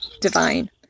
divine